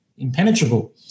impenetrable